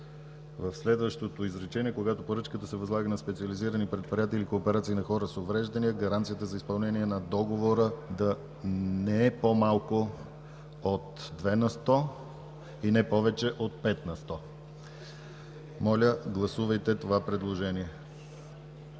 в следващото изречение: „Когато поръчката се възлага на специализирани предприятия или кооперации на хора с увреждания, гаранцията за изпълнение на договора да не е по-малко от 2 на сто и не повече от 5 на сто.”. Моля, гласувайте това предложение.